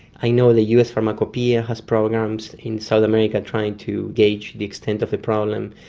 i know the us pharmacopeia has programs in south america trying to gauge the extent of the problem.